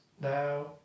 now